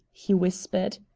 he whispered.